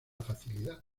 facilidad